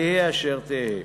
תהא אשר תהא.